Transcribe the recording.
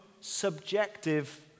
subjective